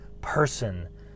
person